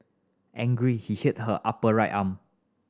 angry he hit her upper right arm